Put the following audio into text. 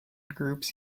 groups